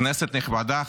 כנסת נכבדה,